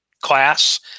class